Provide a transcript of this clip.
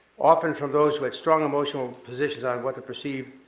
often for those who have strong emotional positions on what they perceived,